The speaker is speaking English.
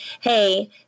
hey